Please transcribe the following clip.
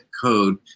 code